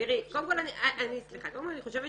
קודם כל, אני חושבת